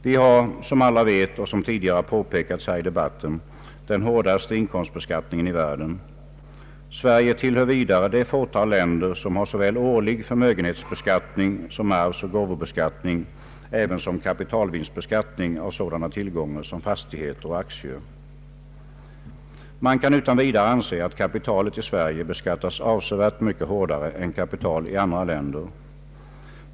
Vi har, som alla vet och som tidigare påpekats här i debatten, den hårdaste inkomstbeskattningen i världen, Sverige tillhör vidare det fåtal länder som har såväl årlig förmögenhetsbeskattning som arvsoch gåvobeskattning ävensom kapitalvinstbeskattning av sådana tillgångar som fastigheter och aktier. Man kan utan vidare anse att kapitalet i Sverige beskattas avsevärt hårdare än kapital i andra länder.